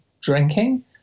drinking